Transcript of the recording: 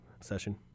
session